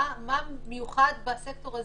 מה מיוחד בסקטור הזה.